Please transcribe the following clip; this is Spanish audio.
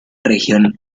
región